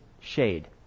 shade